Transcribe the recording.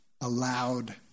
allowed